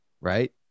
right